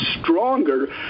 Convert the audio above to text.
stronger